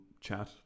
chat